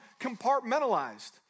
compartmentalized